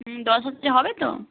হুম দশ হাজারে হবে তো